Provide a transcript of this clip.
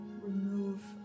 remove